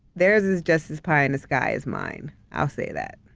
theirs is just as pie in the sky as mine. i'll say that.